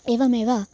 एवमेव